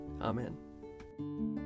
Amen